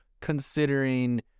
considering